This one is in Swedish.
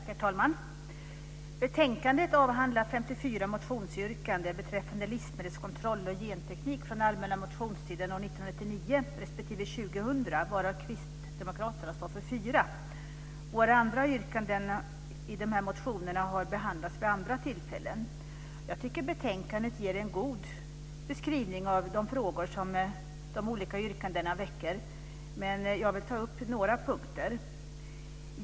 Herr talman! Betänkandet avhandlar 54 motionsyrkanden beträffande livsmedelskontroll och genteknik från allmänna motionstiden år 1999 respektive år 2000, varav kristdemokraterna står för fyra. Våra andra yrkanden i dessa motioner har behandlats vid andra tillfällen. Jag tycker betänkandet ger en god beskrivning av de frågor de olika yrkandena väcker, men vill ta upp några punkter.